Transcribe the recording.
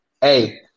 Hey